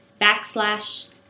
backslash